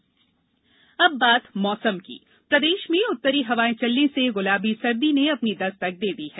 मौसम प्रदेश में उत्तरी हवाएं चलने से गुलाबी सर्दी ने अपनी दस्तक दे दी है